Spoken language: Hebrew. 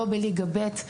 בליגה ב',